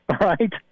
right